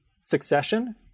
succession